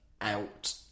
out